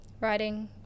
writing